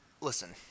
listen